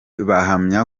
bahamya